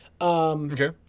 Okay